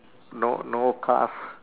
no no cars